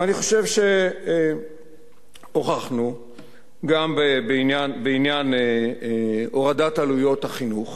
אני חושב שהוכחנו כבר גם בעניין הורדת עלויות החינוך,